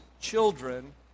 children